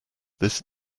this